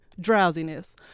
drowsiness